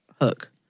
hook